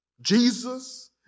Jesus